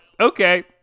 Okay